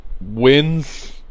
wins